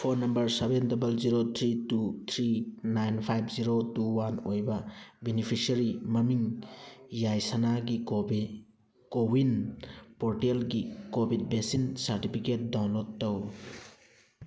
phone number seven double zero three two three nine five zero two one ꯑꯣꯏꯕ beneficiary ꯃꯃꯤꯡ ꯌꯥꯏꯁꯅꯥꯒꯤ CoWIN ꯄꯣꯔꯇꯦꯜꯒꯤ ꯀꯣꯕꯤꯗ ꯕꯦꯛꯁꯤꯟ ꯁꯥꯔꯇꯤꯐꯤꯀꯦꯠ ꯗꯥꯎꯟꯂꯣꯗ ꯇꯧ